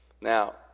Now